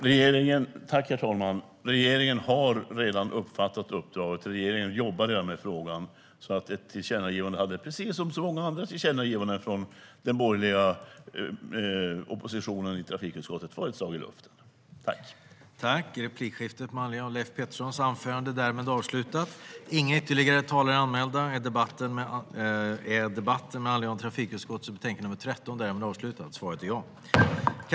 Herr talman! Regeringen har redan uppfattat uppdraget, och regeringen jobbar redan med frågan. Ett tillkännagivande hade därför, precis som så många tillkännagivanden från den borgerliga oppositionen i trafikutskottet, varit ett slag i luften.